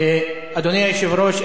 אדוני היושב-ראש,